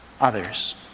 others